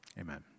Amen